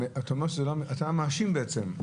אתה מאשים בעצם.